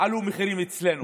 עלו המחירים אצלנו.